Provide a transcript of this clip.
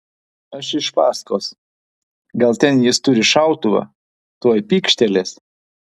aš iš paskos gal ten jis turi šautuvą tuoj pykštelės